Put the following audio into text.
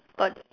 tod~